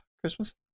Christmas